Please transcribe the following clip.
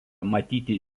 matyti